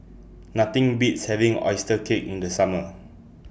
Nothing Beats having Oyster Cake in The Summer